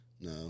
No